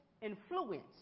influence